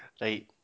Right